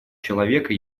человека